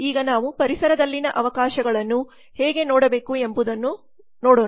ಈಗ ನಾವು ಪರಿಸರದಲ್ಲಿನ ಅವಕಾಶಗಳನ್ನು ಹೇಗೆ ನೋಡಬೇಕು ಎoಬುದನ್ನು ನೋಡೋಣ